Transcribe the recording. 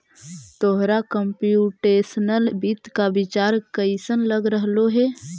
तोहरा कंप्युटेशनल वित्त का विचार कइसन लग रहलो हे